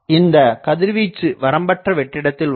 இந்தக் கதிர்வீச்சு வரம்பற்ற வெற்றிடத்தில் உள்ளது